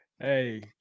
Hey